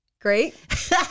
Great